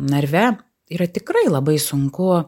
narve yra tikrai labai sunku